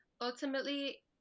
Ultimately